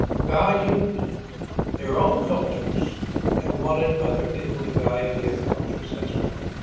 valued their own cultures and wanted other people to value their cultures as well.